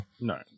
no